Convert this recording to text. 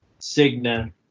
Cigna